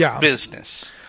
business